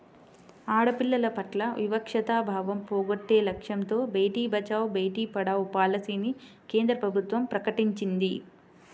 ఆడపిల్లల పట్ల వివక్షతా భావం పోగొట్టే లక్ష్యంతో బేటీ బచావో, బేటీ పడావో పాలసీని కేంద్ర ప్రభుత్వం ప్రకటించింది